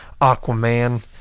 Aquaman